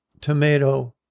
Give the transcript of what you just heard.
tomato